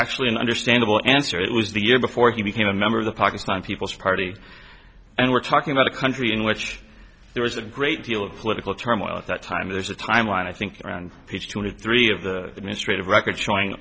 actually an understandable answer it was the year before he became a member of the pakistan people's party and we're talking about a country in which there was a great deal of political turmoil at that time there's a timeline i think around page twenty three of the administrative record showing